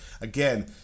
again